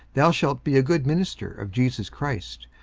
thou shalt be a good minister of jesus christ,